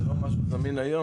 זה לא משהו זמין היום,